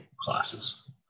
classes